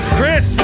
Chris